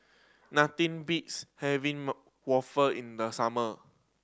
nothing beats having waffle in the summer